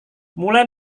mulai